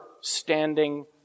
standing